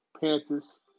Panthers